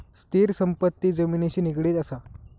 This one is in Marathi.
स्थिर संपत्ती जमिनिशी निगडीत असा